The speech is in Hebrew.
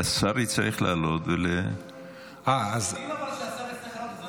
השר יצטרך לעלות אם השר יצטרך לעלות, אני